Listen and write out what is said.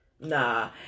nah